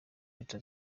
leta